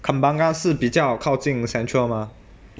kembangan 是比较靠近 central 吗